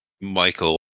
Michael